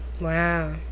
Wow